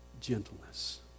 gentleness